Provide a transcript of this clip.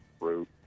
root